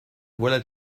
voilà